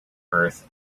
earth